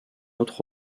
autre